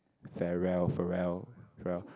Pharrell Pharrell Pharrell